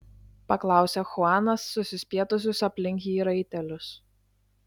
paklausė chuanas susispietusius aplink jį raitelius